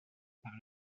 par